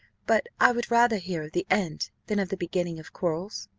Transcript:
but i would rather hear of the end than of the beginning of quarrels.